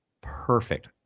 perfect